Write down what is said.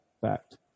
fact